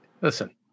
Listen